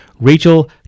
Rachel